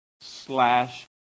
slash